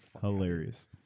Hilarious